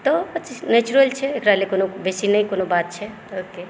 तऽ ओ चीज नेचुरल छै ओकरा लए बेसी नहि कोनो बात छै